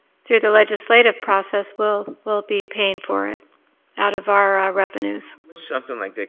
through the legislative process, we'll we'll be paying for it out of our revenues. something like that,